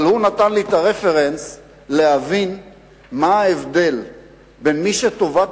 אבל הוא נתן לי את הרפרנס להבדיל בין מי שטובת